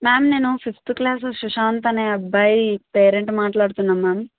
ma'am నేను fifth class Sushant అనే అబ్బాయి పేరెంట్ మాట్లాడుతున్నాను మ్యామ్